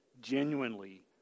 Genuinely